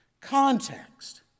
Context